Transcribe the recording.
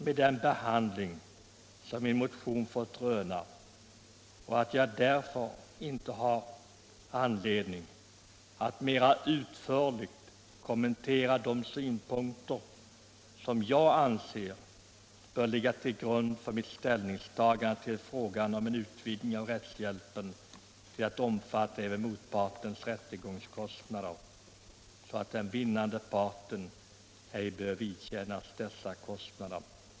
Med den behandling som min motion fått röna har jag inte anledning att mera utförligt kommentera de synpunkter som jag anser bör ligga till grund för ett ställningstagande till frågan om utvidgning av rättshjälpen till att omfatta även motpartens rättegångskostnader, så att den vinnande parten ej behöver vidkännas dessa kostnader.